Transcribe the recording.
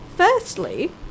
Firstly